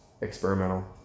experimental